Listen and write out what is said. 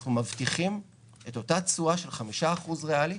אנחנו מבטיחים את אותה תשואה של 5% ריאליים